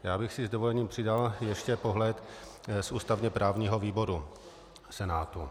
Já bych si s dovolením přidal ještě pohled z ústavněprávního výboru Senátu.